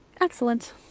Excellent